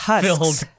Filled